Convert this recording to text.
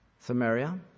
Samaria